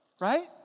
right